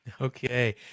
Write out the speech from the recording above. okay